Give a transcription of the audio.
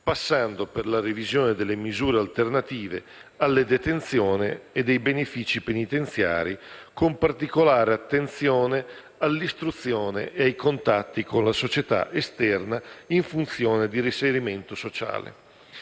passando per la revisione delle misure alternative alla detenzione e dei benefici penitenziari, con particolare attenzione all'istruzione e ai contatti con la società esterna in funzione del reinserimento sociale.